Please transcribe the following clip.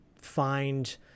find